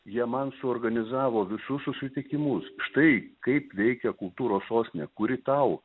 jie man suorganizavo visus susitikimus štai kaip veikia kultūros sostinė kuri tau